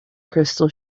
crystal